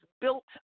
built